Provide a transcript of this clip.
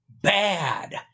bad